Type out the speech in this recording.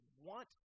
want